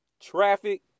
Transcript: traffic